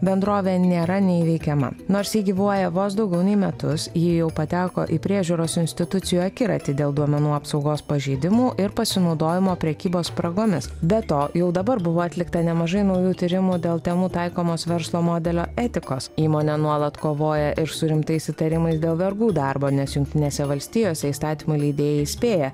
bendrovė nėra neįveikiama nors ji gyvuoja vos daugiau nei metus ji jau pateko į priežiūros institucijų akiratį dėl duomenų apsaugos pažeidimų ir pasinaudojimo prekybos spragomis be to jau dabar buvo atlikta nemažai naujų tyrimų dėl temu taikomos verslo modelio etikos įmonė nuolat kovoja ir su rimtais įtarimais dėl vergų darbo nes jungtinėse valstijose įstatymų leidėjai įspėja